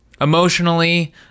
emotionally